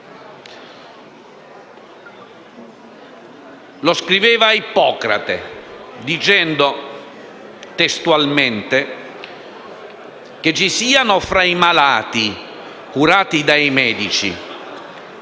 Lo scriveva Ippocrate, dicendo: «Che ci siano tra i malati curati dai medici,